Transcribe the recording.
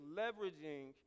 leveraging